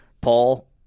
Paul